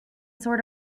sort